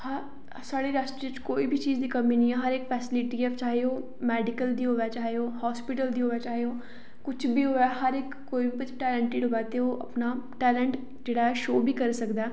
सारी रियासी च कोई बी चीज दी कमी नेईं ऐ हर इक फैसीलिटी चाहे ओह् मेडीकल दी होऐ चाहे ओह् हाॅस्पिटल दे होवे चाहे ओह् कुछ बी होऐ हर इक दा टेलेंट जेहड़ा शो बी करी सकदा ऐ